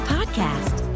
Podcast